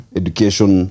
education